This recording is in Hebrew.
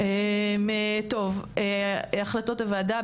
החלטות הוועדה.